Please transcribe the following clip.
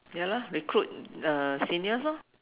ya lah recruit uh seniors lor